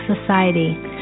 society